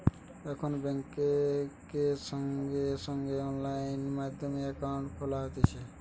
এখন বেংকে সঙ্গে সঙ্গে অনলাইন মাধ্যমে একাউন্ট খোলা যাতিছে